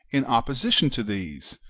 in opposition to these,